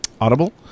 Audible